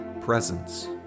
Presence